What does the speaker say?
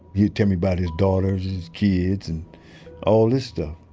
he'd tell me about his daughters and his kids and all this stuff.